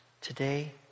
today